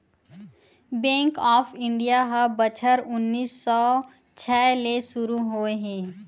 bank of India ह बछर उन्नीस सौ छै ले सुरू होए हे